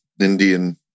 Indian